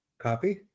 Copy